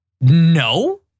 No